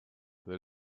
that